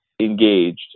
engaged